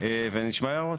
ונשמע הערות.